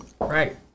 Right